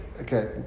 Okay